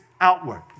outward